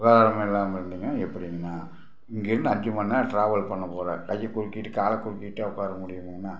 சுகாதாரம் இல்லாமல் இருந்திங்கனா எப்படிங்கண்ணா இங்கேருந்து அஞ்சு மணிநேரம் ட்ராவல் பண்ணி போகிற கைய்யை குலுக்கிட்டு காலை குலுக்கிட்டே உக்கார முடியுமாண்ணா